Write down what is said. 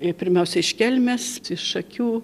ė pirmiausia iš kelmės šakių